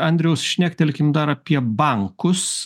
andriau šnektelkim dar apie bankus